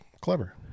clever